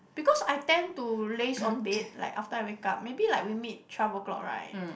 because I tend to laze on bed like after I wake up maybe like we meet twelve o'clock right